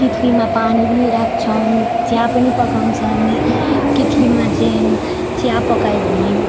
कितलीमा पानी पनि राख्छन् चिया पनि पकाउँछन् कितलीमा चाहिँ चिया पकायो भने